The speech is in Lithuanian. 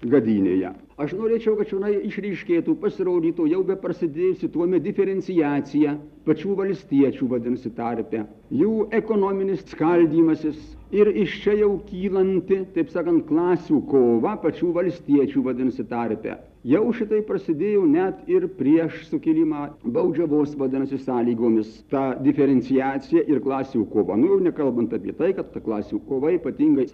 gadynėje aš norėčiau kad čionai išryškėtų pasirodytų jau beprasidėjusi tuomet diferenciacija pačių valstiečių vadinasi tarpe jų ekonominis skaldymasis ir iš čia jau kylanti taip sakant klasių kova pačių valstiečių vadinasi tarpe jau šitai prasidėjo net ir prieš sukilimą baudžiavos vadinasi sąlygomis ta diferenciacija ir klasių kovą nu nekalbant apie tai kad klasių kova ypatingai